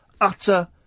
Utter